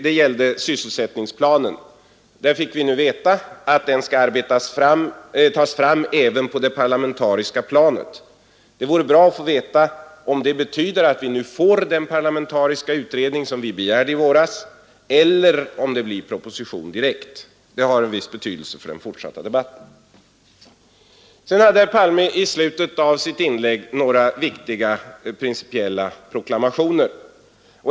Det gällde sysselsättningsplanen. Vi fick nu veta att den skall tas fram även på det parlamentariska planet. Det vore bra att få veta om det nu betyder att vi får den parlamentariska utredning som vi begärde i våras eller om det blir proposition direkt. Det har en viss betydelse för den fortsatta debatten. Herr Palme gjorde i slutet av sitt inlägg några viktiga proklamationer.